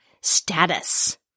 status